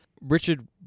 Richard